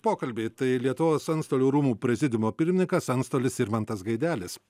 pokalbiai tai lietuvos antstolių rūmų prezidiumo pirmininkas antstolis irmantas gaidelis